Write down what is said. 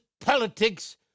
politics